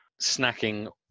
snacking